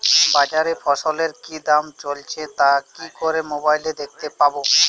বাজারে ফসলের কি দাম চলছে তা কি করে মোবাইলে দেখতে পাবো?